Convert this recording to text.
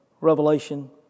revelation